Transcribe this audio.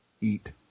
eat